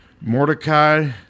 Mordecai